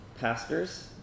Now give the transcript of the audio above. pastors